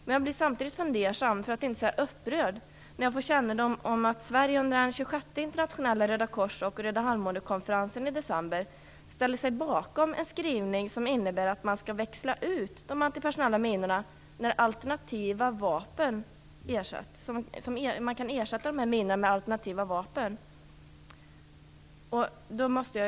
Men jag blir samtidigt fundersam, för att inte säga upprörd, när jag får kännedom om att Sverige under den 26:e internationella Röda kors och Röda halvmånekonferensen i december ställde sig bekom en skrivning som innebär att man skall växla ut de antipersonella minorna när alternativa vapen utvecklas.